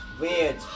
weird